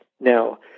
Now